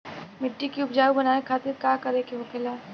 मिट्टी की उपजाऊ बनाने के खातिर का करके होखेला?